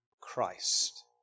Christ